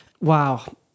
Wow